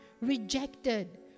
rejected